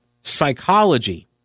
psychology